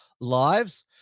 lives